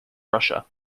russia